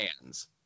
hands